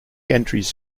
entries